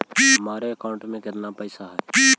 मेरे अकाउंट में केतना पैसा है?